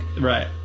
right